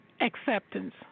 Acceptance